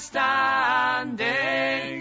Standing